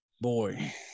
boy